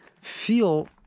feel